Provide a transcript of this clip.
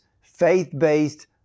faith-based